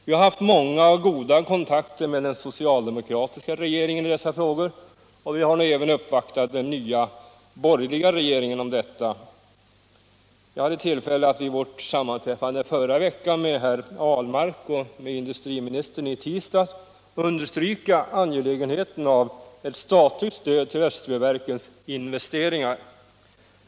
Vi har haft många och goda kontakter med den socialdemokratiska regeringen i dessa frågor, och vi har nu även uppvaktat den nya borgerliga regeringen om detta. Jag hade tillfälle att vid sammanträffanden förra veckan med herr Ahlmark och i tisdags med industriministern understryka det angelägna i ett statligt stöd till Österbyverkens investeringar.